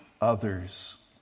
others